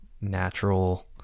natural